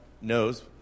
knows